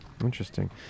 interesting